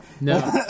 no